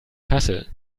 kassel